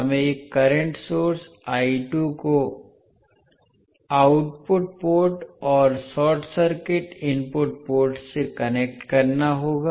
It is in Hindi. हमें एक करंट सोर्स को आउटपुट पोर्ट और शॉर्ट सर्किट इनपुट पोर्ट से कनेक्ट करना होगा